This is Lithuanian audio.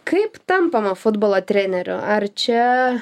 kaip tampama futbolo treneriu ar čia